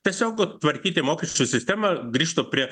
tiesiog tvarkyti mokesčių sistemą grįžtu prie